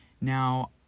Now